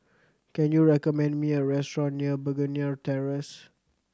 can you recommend me a restaurant near Begonia Terrace